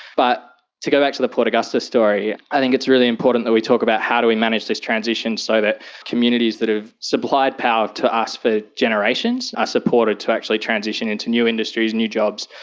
but to go back to the port augusta story, i think it's really important that we talk about how do we manage this transition so that communities who have supplied power to us for generations are supported to actually transition into new industries, new jobs,